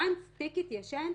מרגע שתיק התיישן,